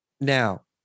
Now